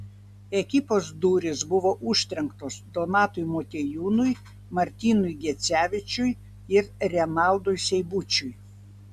ekipos durys buvo užtrenktos donatui motiejūnui martynui gecevičiui ir renaldui seibučiui